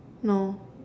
no